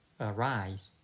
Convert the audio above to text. arise